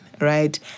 right